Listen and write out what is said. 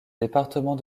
département